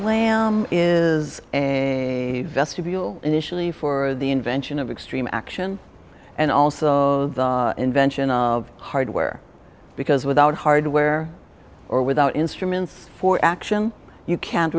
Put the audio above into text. action is a vestibule initially for the invention of extreme action and also the invention of hardware because without hardware or without instruments for action you can't